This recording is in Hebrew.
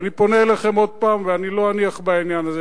אני פונה אליכם עוד פעם ואני לא אניח לעניין הזה,